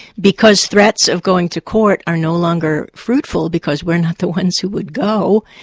because threats of going to court are no longer fruitful, because we're not the ones who would go,